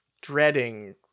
dreading